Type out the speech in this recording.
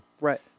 Right